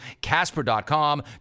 Casper.com